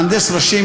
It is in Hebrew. מהנדס ראשי,